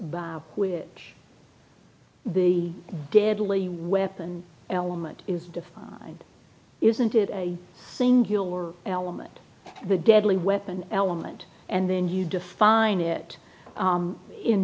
by which the deadly weapon element is defined isn't it a singular element of the deadly weapon element and then you define it